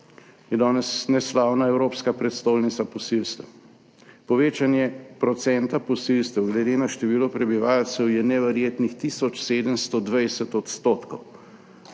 je danes neslavna evropska prestolnica posilstev. Povečanje procenta posilstev glede na število prebivalcev je neverjetnih 1720 %.